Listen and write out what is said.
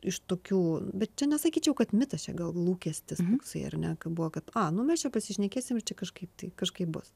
iš tokių bet čia nesakyčiau kad mitas čia gal lūkestis toksai ar ne kad buvo kad a mes čia pasišnekėsim čia kažkaip tai kažkaip bus